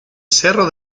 cerro